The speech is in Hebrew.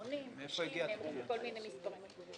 80, 90 נאמרו כל מיני מספרים.